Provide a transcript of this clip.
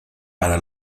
para